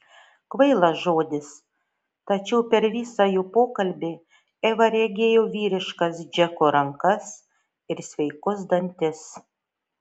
kvailas žodis tačiau per visą jų pokalbį eva regėjo vyriškas džeko rankas ir sveikus dantis